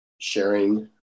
sharing